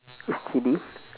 it's chili